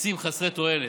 עצים חסרי תועלת.